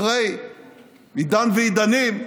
אחרי עידן ועידנים,